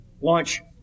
Launch